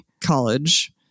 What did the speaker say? College